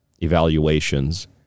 evaluations